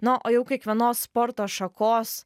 na o jau kiekvienos sporto šakos